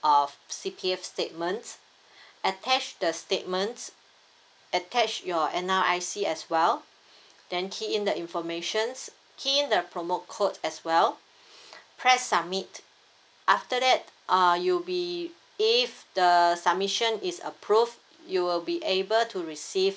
of C_P_F statements attach the statements attach your N_R_I_C as well then key in the informations key in the promo code as well press submit after that uh you'll be if the submission is approved you will be able to receive